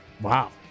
Wow